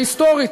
היסטורית,